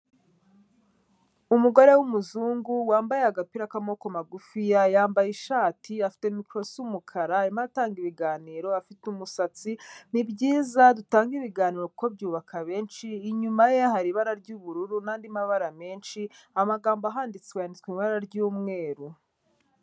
Umugore w'umuzungu wambaye agapira k'amaboko magufiya yambaye ishati, afite micro isa umukara, arimo aratanga ibiganiro, afite umusatsi, ni byiza dutanga ibiganiro kuko byubaka benshi, inyuma ye hari ibara ry'ubururu n'andi mabara menshi, amagambo ahanditse yanditswe mu ibara ry'umweru.